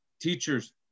teachers